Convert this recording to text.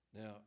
Now